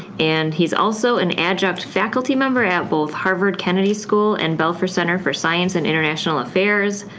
and he's also and adjunct faculty member at both harvard's kennedy school and belfer center for science and international affairs.